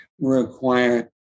require